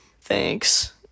Thanks